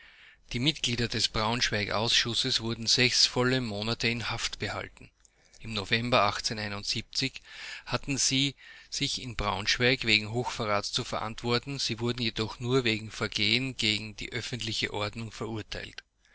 die mitglieder des braunschweiger ausschusses wurden sechs volle monate in haft behalten im november hatten sie sich in braunschweig wegen hochverrats zu verantworten sie wurden jedoch nur wegen vergehen gegen die öffentliche ordnung verurteilt